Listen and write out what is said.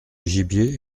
gibier